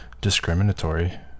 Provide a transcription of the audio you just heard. discriminatory